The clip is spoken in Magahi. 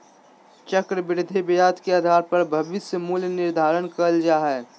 चक्रविधि ब्याज के आधार पर भविष्य मूल्य निर्धारित करल जा हय